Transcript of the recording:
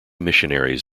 missionaries